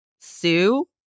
sue